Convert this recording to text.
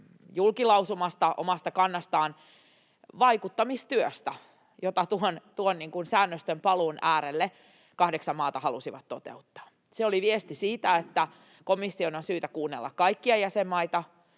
julki lausumasta omasta kannastaan vaikuttamistyöhön, jota tuon säännöstön paluun äärelle kahdeksan maata halusivat toteuttaa. Se oli viesti siitä, että komission on syytä kuunnella kaikkia jäsenmaita.